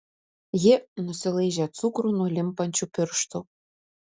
ji nusilaižė cukrų nuo limpančių pirštų